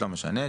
לא משנה,